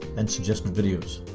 and suggested videos.